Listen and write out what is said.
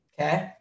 okay